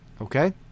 Okay